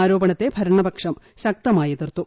ആരോപണത്തെ ഭരണപക്ഷം ശക്തമായി എതിർത്തു